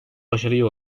başarıya